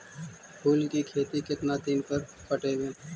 फूल के खेती में केतना दिन पर पटइबै?